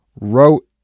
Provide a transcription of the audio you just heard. wrote